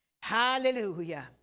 Hallelujah